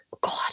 God